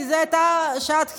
כי זאת הייתה שעת חירום.